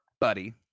buddy